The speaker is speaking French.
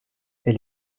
elle